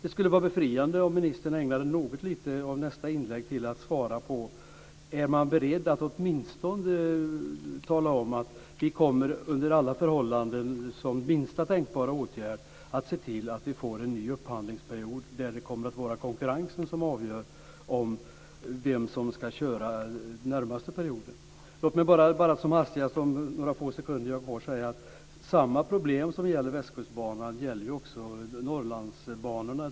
Det skulle vara befriande om ministern ägnade något lite av nästa inlägg till att svara på om man är beredd att under alla förhållanden, som minsta tänkbara åtgärd, se till att vi får en ny upphandlingsperiod där det kommer att vara konkurrensen som avgör vem som ska köra den närmaste perioden. Låt mig bara som hastigast under de få sekunder som jag har kvar säga att det problem som gäller Västkustbanan också gäller Norrlandsbanorna.